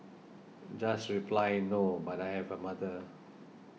just reply No but I have a mother